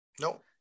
no